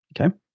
okay